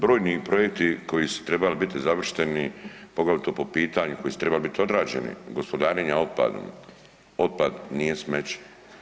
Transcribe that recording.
Brojni projekti koji su trebali biti završeni, poglavito po pitanju koji su trebali biti odrađeni, gospodarenje otpadom, otpad nije smeće.